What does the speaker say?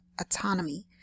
autonomy